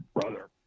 Brother